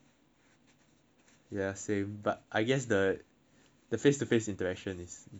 ya same but I guess the the face to face interaction is definitely missed ah